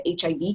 HIV